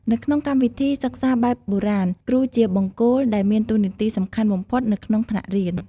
នៅក្នុងកម្មវិធីសិក្សាបែបបុរាណ គ្រូជាបង្គោល ដែលមានតួនាទីសំខាន់បំផុតនៅក្នុងថ្នាក់រៀន។